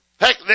Heck